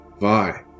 bye